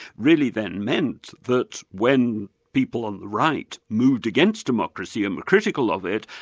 really that and meant that when people on the right moved against democracy and were critical of it,